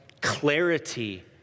clarity